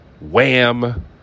Wham